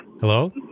Hello